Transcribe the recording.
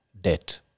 debt